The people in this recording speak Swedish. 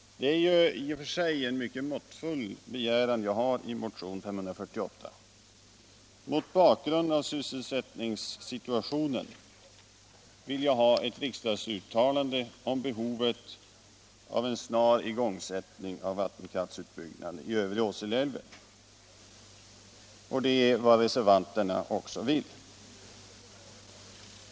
Det är en i och för sig mycket måttfull begäran jag framställer i motion 548. Mot bakgrund av sysselsättningssituationen vill jag ha ett riksdagsuttalande om behovet av en snar igångsättning av vattenkraftsutbyggnaden i övre Åseleälven. Det är också vad reservanterna vill.